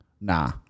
Nah